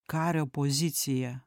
kario pozicija